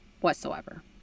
whatsoever